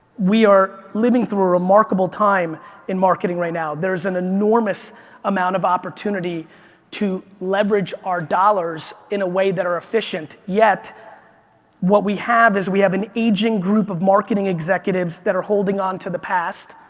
we are living through a remarkable time in marketing right now. there's an enormous amount of opportunity to leverage our dollars in a way that are efficient yet what we have is we have an aging group of marketing executives that are holding on to the past.